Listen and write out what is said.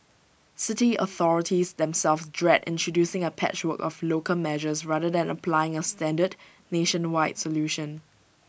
city authorities themselves dread introducing A patchwork of local measures rather than applying A standard nationwide solution